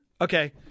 Okay